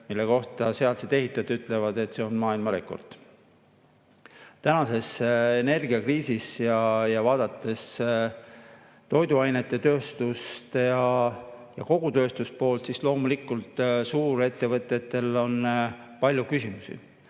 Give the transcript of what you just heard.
mille kohta ehitajad ütlevad, et see on maailmarekord. Tänases energiakriisis, vaadates toiduainetööstust ja kogu tööstuse poolt, näeme, et loomulikult on suurettevõtetel palju küsimusi.